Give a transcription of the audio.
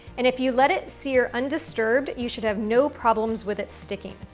and if you let it sear undisturbed, you should have no problems with it sticking.